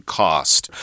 cost